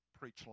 preach